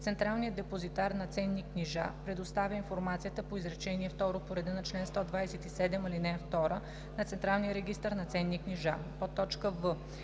„Централният депозитар на ценни книжа предоставя информацията по изречение второ по реда на чл. 127, ал. 2 на централния регистър на ценни книжа.“;